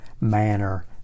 manner